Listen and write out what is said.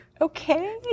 okay